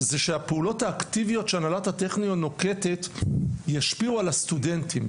זה שהפעולות האקטיביות שהנהלת הטכניון נוקטת ישפיעו על הסטודנטים.